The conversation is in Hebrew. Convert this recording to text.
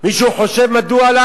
מישהו חושב מדוע?